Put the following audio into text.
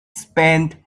spent